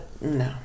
no